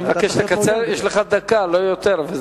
אני מבקש לקצר, יש לך דקה, לא יותר.